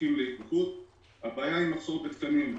והבעיה היא מחסור בתקנים.